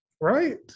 Right